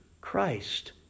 Christ